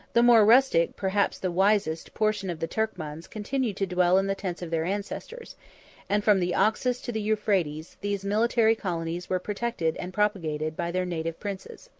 the more rustic, perhaps the wisest, portion of the turkmans continued to dwell in the tents of their ancestors and, from the oxus to the euphrates, these military colonies were protected and propagated by their native princes.